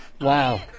Wow